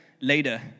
later